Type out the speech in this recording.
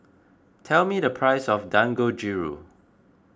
tell me the price of Dangojiru